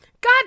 God